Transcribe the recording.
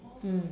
mm